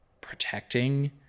protecting